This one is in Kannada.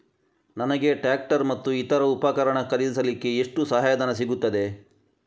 ನನಗೆ ಟ್ರ್ಯಾಕ್ಟರ್ ಮತ್ತು ಇತರ ಉಪಕರಣ ಖರೀದಿಸಲಿಕ್ಕೆ ಎಷ್ಟು ಧನಸಹಾಯ ಸಿಗುತ್ತದೆ?